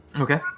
Okay